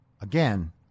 again